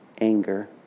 anger